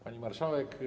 Pani Marszałek!